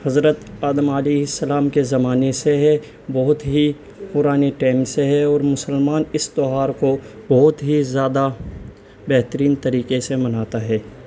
حضرت آدم علیہ السلام کے زمانے سے ہے بہت ہی پرانے ٹیم سے ہے اور مسلمان اس تیوہار کو بہت ہی زیادہ بہترین طریقے سے مناتا ہے